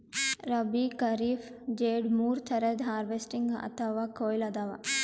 ರಬ್ಬೀ, ಖರೀಫ್, ಝೆಡ್ ಮೂರ್ ಥರದ್ ಹಾರ್ವೆಸ್ಟಿಂಗ್ ಅಥವಾ ಕೊಯ್ಲಿ ಅದಾವ